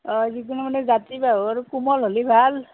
অঁ যিকোনো মানে জাতি বাঁহৰ আৰু কোমল হ'লে ভাল